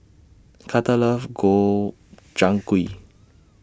Carter loves Gobchang Gui